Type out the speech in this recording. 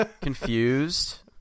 confused